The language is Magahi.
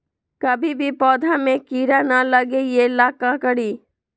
कभी भी पौधा में कीरा न लगे ये ला का करी?